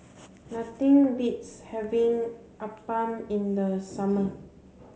nothing beats having Appam in the summer